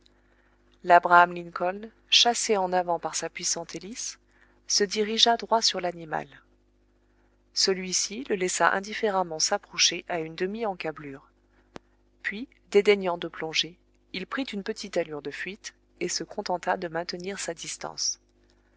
labraham lincoln chassé en avant par sa puissante hélice se dirigea droit sur l'animal celui-ci le laissa indifféremment s'approcher à une demi-encablure puis dédaignant de plonger il prit une petite allure de fuite et se contenta de maintenir sa distance